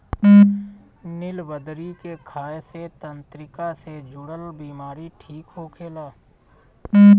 निलबदरी के खाए से तंत्रिका से जुड़ल बीमारी ठीक होखेला